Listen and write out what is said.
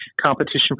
competition